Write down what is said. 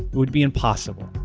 would be impossible,